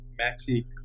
Maxi